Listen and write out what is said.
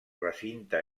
recinte